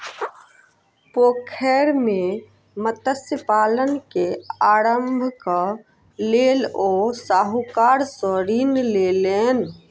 पोखैर मे मत्स्य पालन के आरम्भक लेल ओ साहूकार सॅ ऋण लेलैन